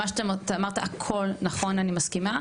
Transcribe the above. אתה אמרת הכול נכן ואני מסכימה,